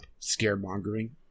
scaremongering